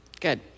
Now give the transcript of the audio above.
Good